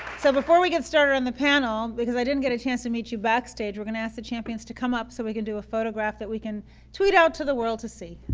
so, before we get started on the panel, because i didn't get a chance to meet you back stage, we're going to ask the champions to come up so we can do a photograph that we can tweet out to the world to see.